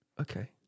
Okay